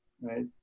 right